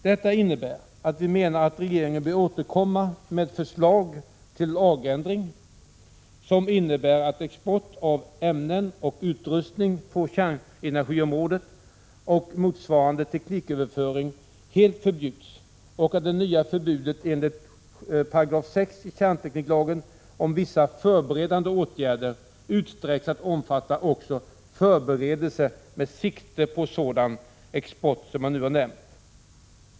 Detta innebär att vi menar att regeringen bör återkomma med ett förslag till lagändringar som betyder att export av ämnen och utrustning på kärnenergiområdet och motsvarande tekniköverföring helt förbjuds och att det nya förbudet enligt 6 § kärntekniklagen om vissa förberedande åtgärder utsträcks till att omfatta också förberedelse med sikte på sådan export som nu nämnts.